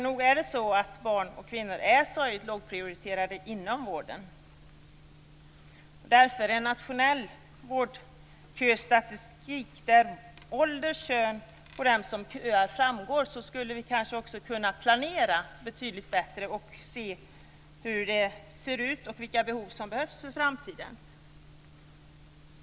Nog är det så att kvinnor och barn är sorgligt lågprioriterade inom vården. Med hjälp av en nationell vårdköstatistik som visar ålder och kön på dem som köar skulle vi kunna beskriva behoven och kanske planera betydligt bättre för framtiden.